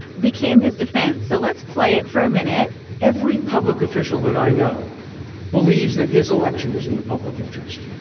became his defense. so let's play it for a minute every public official that i know believes that his election is in the public interest.